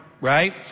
right